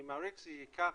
אני מעריך שזה ייקח,